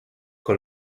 con